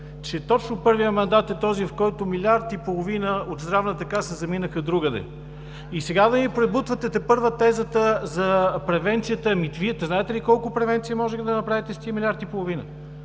че точно първият мандат е този, в който милиард и половина от Здравната каса заминаха другаде. Сега тепърва да ни пробутвате тезата за превенцията – ами Вие знаете ли колко превенция можехте да направите с този милиард и половина?